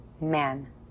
man